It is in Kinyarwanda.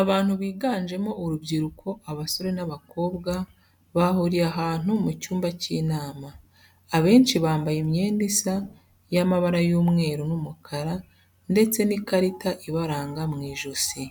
Abantu biganjemo urubyiruko abasore n'abakobwa bahuriye hamwe mu cyumba cy'inama, abenshi bambaye imyenda isa y'amabara y'umweru n'umukara ndetse n'ikarita ibaranga mu ijosi,